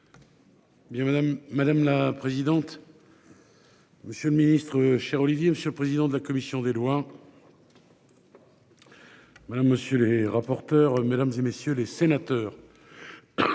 madame la présidente. Monsieur le Ministre, cher Olivier. Monsieur le président de la commission des lois. Madame, monsieur les rapporteurs mesdames et messieurs les sénateurs.